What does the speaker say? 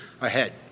ahead